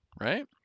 right